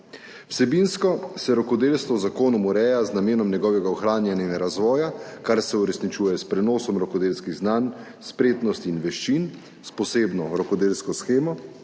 Vsebinsko se rokodelstvo z zakonom ureja z namenom njegovega ohranjanja in razvoja, kar se uresničuje s prenosom rokodelskih znanj, spretnosti in veščin, s posebno rokodelsko shemo,